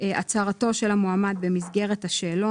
הצהרתו של המועמד במסגרת השאלון,